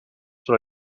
sur